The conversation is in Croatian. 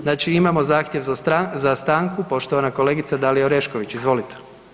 Znači imamo zahtjev za stanku, poštovana kolega Dalija Orešković, izvolite.